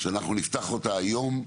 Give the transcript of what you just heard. שאנחנו נפתח אותה היום,